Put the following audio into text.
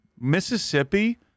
mississippi